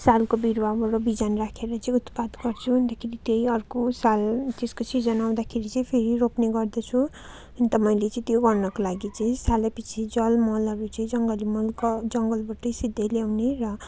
सालको बिरुवाबाट बिजन राखेर चाहिँ उत्पाद गर्छु अन्तखेरि त्यही अर्को साल त्यसको सिजन आउँदाखेरि चाहिँ फेरि रोप्ने गर्दछु अन्त मैले चाहिँ त्यो गर्नको लागि चाहिँ सालै पछि जलमलहरू चाहिँ जङ्गली मलको जङ्गलबाट सिधै ल्याउने र